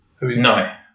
No